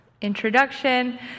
introduction